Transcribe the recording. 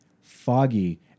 foggy